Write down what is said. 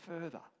further